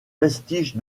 vestige